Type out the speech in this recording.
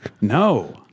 No